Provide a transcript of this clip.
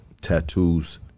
tattoos